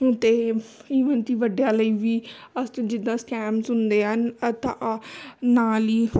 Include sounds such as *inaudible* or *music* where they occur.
ਅਤੇ ਈਵਨ ਕਿ ਵੱਡਿਆਂ ਲਈ ਵੀ ਅੱਜ ਕੱਲ੍ਹ ਜਿੱਦਾਂ ਸਕੈਮਸ ਹੁੰਦੇ ਹਨ *unintelligible* ਨਾਲ ਹੀ